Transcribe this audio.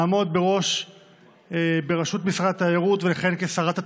לעמוד בראשות משרד התיירות ולכהן כשרת התיירות.